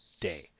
day